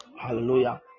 Hallelujah